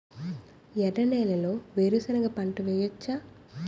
ఎర్ర నేలలో వేరుసెనగ పంట వెయ్యవచ్చా?